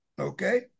Okay